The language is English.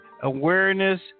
Awareness